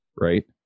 right